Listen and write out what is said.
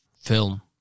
film